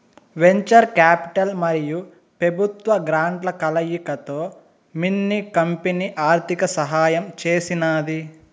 venture capital మరియు పెబుత్వ గ్రాంట్ల కలయికతో మిన్ని కంపెనీ ఆర్థిక సహాయం చేసినాది